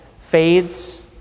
fades